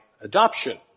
adoption